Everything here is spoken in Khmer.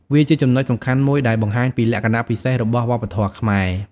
វាជាចំណុចសំខាន់មួយដែលបង្ហាញពីលក្ខណៈពិសេសរបស់វប្បធម៌ខ្មែរ។